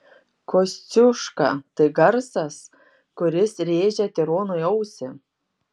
kosciuška tai garsas kuris rėžia tironui ausį